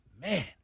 man